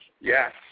Yes